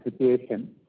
situation